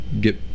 get